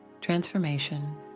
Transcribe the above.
transformation